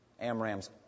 Amram's